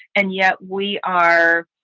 and yet we are.